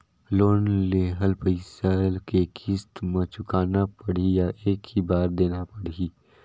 Loan लेहल पइसा के किस्त म चुकाना पढ़ही या एक ही बार देना पढ़ही?